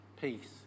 peace